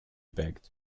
begged